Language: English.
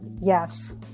Yes